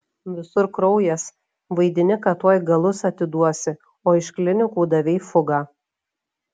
visur kraujas vaidini kad tuoj galus atiduosi o iš klinikų davei fugą